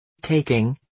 Taking